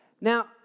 Now